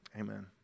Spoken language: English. Amen